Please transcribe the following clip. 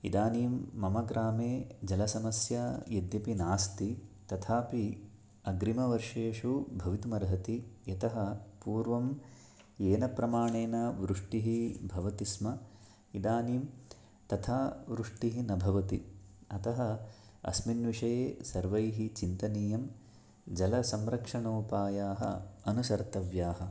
इदानीं मम ग्रामे जलसमस्या यद्यपि नास्ति तथापि अग्रिमवर्षेषु भवितुमर्हति यतः पूर्वं येन प्रमाणेन वृष्टिः भवति स्म इदानीं तथा वृष्टिः न भवति अतः अस्मिन् विषये सर्वैः चिन्तनीयं जलसंरक्षणोपायाः अनुसर्तव्याः